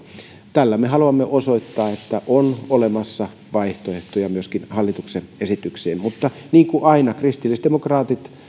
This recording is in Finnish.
tällä me haluamme osoittaa että on olemassa vaihtoehtoja hallituksen esitykseen mutta niin kuin aina kristillisdemokraatit